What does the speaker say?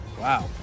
Wow